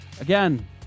again